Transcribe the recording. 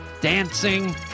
dancing